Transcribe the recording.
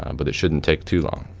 um but it shouldn't take too long.